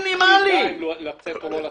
שידע אם לצאת או לא לצאת.